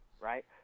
right